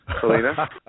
Selena